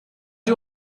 you